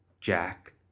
Jack